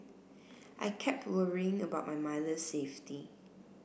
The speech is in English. I kept worrying about my mother's safety